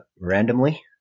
randomly